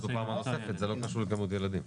זה לא קשור לכמות ילדים.